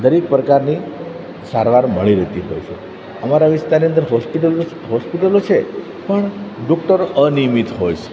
દરેક પ્રકારની સારવાર મળી રહેતી હોય છે અમારા વિસ્તારની અંદર હોસ્પિટલો હોસ્પિટલો છે પણ ડોક્ટરો અનિયમિત હોય છે